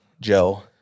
Joe